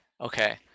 Okay